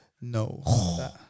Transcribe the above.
No